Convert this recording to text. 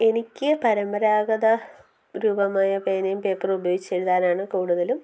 എനിക്ക് പരമ്പരാഗത രൂപമായ പേനയും പേപ്പറും ഉപയോഗിച്ചെഴുതാനാണ് കൂടുതലും